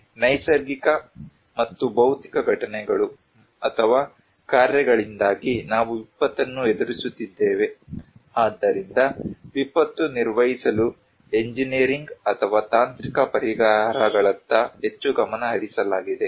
ನೈಸರ್ಗಿಕ ಮತ್ತು ಭೌತಿಕ ಘಟನೆಗಳು ಅಥವಾ ಕಾರ್ಯಗಳಿಂದಾಗಿ ನಾವು ವಿಪತ್ತನ್ನು ಎದುರಿಸುತ್ತಿದ್ದೇವೆ ಆದ್ದರಿಂದ ವಿಪತ್ತು ನಿರ್ವಹಿಸಲು ಎಂಜಿನಿಯರಿಂಗ್ ಅಥವಾ ತಾಂತ್ರಿಕ ಪರಿಹಾರಗಳತ್ತ ಹೆಚ್ಚು ಗಮನ ಹರಿಸಲಾಗಿದೆ